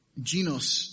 Genos